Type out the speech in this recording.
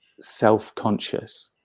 self-conscious